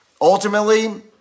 ultimately